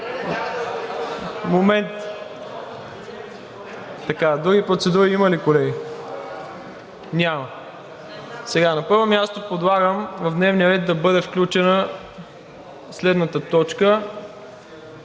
думата. Други процедури има ли, колеги? Няма. На първо място, подлагам в дневния ред да бъде включена следната точка,